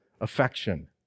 affection